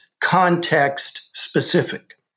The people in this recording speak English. context-specific